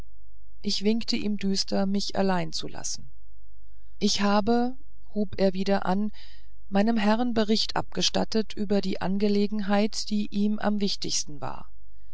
ich winkte ihm düster mich allein zu lassen ich habe hub er wieder an meinem herrn bericht abgestattet über die angelegenheit die ihm am wichtigsten war